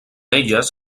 elles